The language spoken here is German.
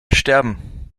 sterben